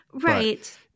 Right